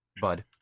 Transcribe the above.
bud